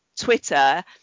Twitter